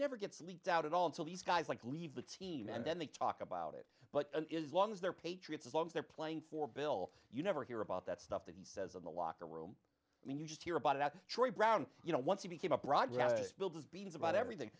never gets leaked out at all until these guys like leave the team and then they talk about it but it is long as they're patriots as long as they're playing for bill you never hear about that stuff that he says in the locker room i mean you just hear about it at troy brown you know once he became a projects build his beans about everything